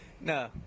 No